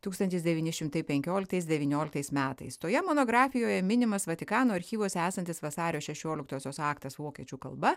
tūkstantis devyni šimtai penkioliktais devynioliktais metais toje monografijoje minimas vatikano archyvuose esantis vasario šešioliktosios aktas vokiečių kalba